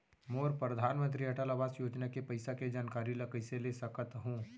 मोर परधानमंतरी अटल आवास योजना के पइसा के जानकारी ल कइसे ले सकत हो?